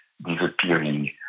disappearing